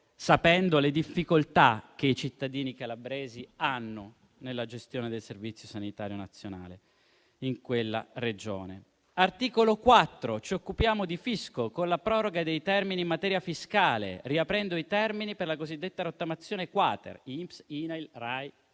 conoscendo le difficoltà che i cittadini calabresi incontrano nella gestione del servizio sanitario in quella Regione. L'articolo 4 si occupa di fisco con la proroga dei termini in materia fiscale, riaprendo i termini per la cosiddetta rottamazione-*quater*. Dunque INPS, INAIL, RAI,